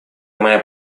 моя